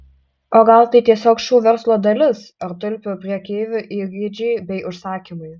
o gal tai tiesiog šou verslo dalis ar tulpių prekeivių įgeidžiai bei užsakymai